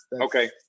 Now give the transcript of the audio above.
Okay